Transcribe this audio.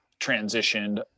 transitioned